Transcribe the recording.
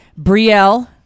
Brielle